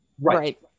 right